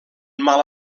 mal